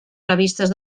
revistes